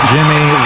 Jimmy